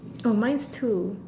oh mine's two